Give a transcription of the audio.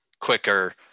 quicker